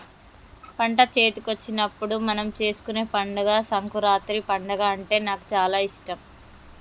పంట చేతికొచ్చినప్పుడు మనం చేసుకునే పండుగ సంకురాత్రి పండుగ అంటే నాకు చాల ఇష్టం